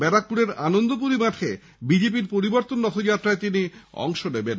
ব্যারাকপুরের আনন্দপুরী মাঠে বিজেপির পরিবর্তন রথযাত্রায় তিনি অংশ নেবেন